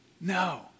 No